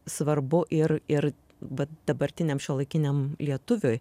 svarbu ir ir vat dabartiniam šiuolaikiniam lietuviui